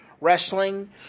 Wrestling